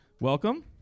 Welcome